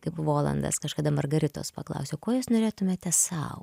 kaip volandas kažkada margaritos paklausė o ko jūs norėtumėte sau